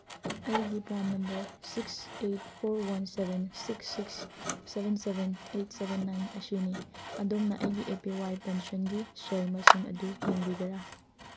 ꯑꯩꯒꯤ PRAN number six eight four one seven six six seven seven eight seven nine ꯑꯁꯤꯅꯤ ꯑꯗꯣꯝꯅ ꯑꯩꯒꯤ A P Y ꯄꯦꯟꯁꯤꯟꯒꯤ ꯁꯦꯜ ꯃꯁꯤꯡ ꯑꯗꯨ ꯌꯦꯡꯕꯤꯒꯦꯔꯥ